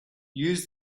use